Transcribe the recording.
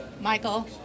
Michael